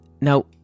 Now